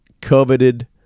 coveted